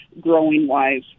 growing-wise